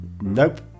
Nope